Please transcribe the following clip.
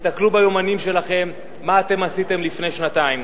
תסתכלו ביומנים שלכם מה אתם עשיתם לפני שנתיים.